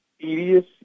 tedious